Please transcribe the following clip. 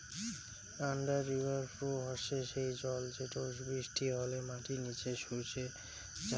under river flow হসে সেই জল যেটো বৃষ্টি হলে মাটির নিচে শুষে যাই